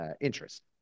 interest